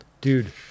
Dude